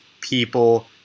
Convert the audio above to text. people